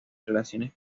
relaciones